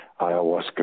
ayahuasca